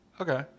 Okay